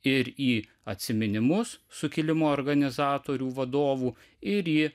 ir į atsiminimus sukilimo organizatorių vadovų ir į